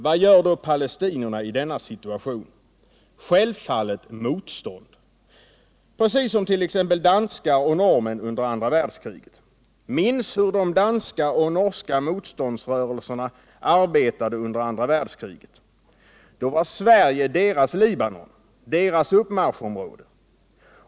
Vad gör då palestinierna i denna situation? Självfallet motstånd — precis som t.ex. danskar och norrmän under andra världskriget. Minns hur de danska och norska motståndsrörelserna arbetade under andra världskriget! Då var Sverige deras Libanon, deras uppmarschområde.